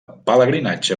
pelegrinatge